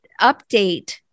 update